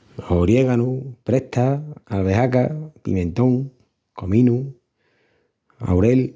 Oriéganu, presta, albehaca, pimientón, cominu, aurel.